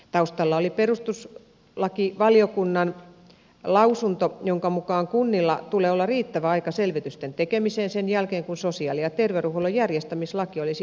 taustalla oli perustuslakivaliokunnan lausunto jonka mukaan kunnilla tulee olla riittävä aika selvitysten tekemiseen sen jälkeen kun sosiaali ja terveydenhuollon järjestämislaki olisi eduskunnassa hyväksytty